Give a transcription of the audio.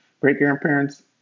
great-grandparents